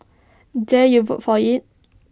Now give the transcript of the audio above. dare you vote for IT